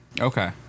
okay